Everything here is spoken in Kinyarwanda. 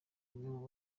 mwe